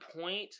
point